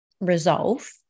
resolve